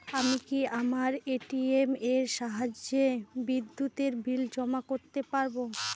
আমি কি আমার এ.টি.এম এর সাহায্যে বিদ্যুতের বিল জমা করতে পারব?